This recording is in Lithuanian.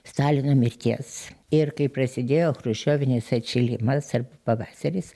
stalino mirties ir kai prasidėjo chruščiovinis atšilimas ar pavasaris